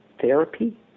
Therapy